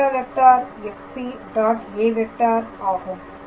â ஆகும்